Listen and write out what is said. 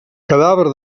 cadàver